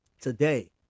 today